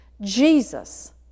Jesus